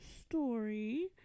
story